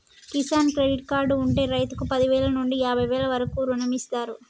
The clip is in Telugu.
కిసాన్ క్రెడిట్ కార్డు ఉంటె రైతుకు పదివేల నుండి యాభై వేల వరకు రుణమిస్తారు